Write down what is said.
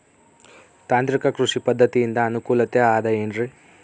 ತಾಂತ್ರಿಕ ಕೃಷಿ ಪದ್ಧತಿಯಿಂದ ಅನುಕೂಲತೆ ಅದ ಏನ್ರಿ?